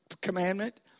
commandment